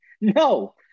No